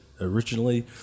Originally